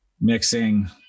mixing